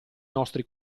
nostri